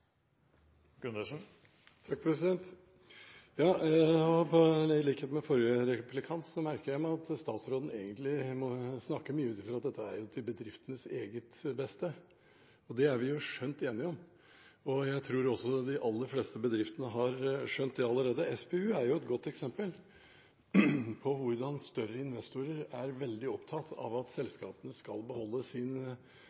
merker jeg meg at statsråden egentlig snakker mye ut fra at dette er til bedriftenes eget beste. Det er vi skjønt enige om, og jeg tror også de aller fleste bedrifter har skjønt det allerede. SPU er et godt eksempel på hvordan større investorer er veldig opptatt av at